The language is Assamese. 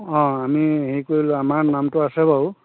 অঁ আমি হেৰি কৰিলোঁ আমাৰ নামটো আছে বাৰু